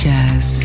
Jazz